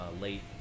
late